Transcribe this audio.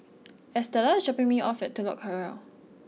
Estela is dropping me off at Telok Kurau